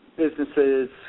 businesses